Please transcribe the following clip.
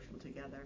together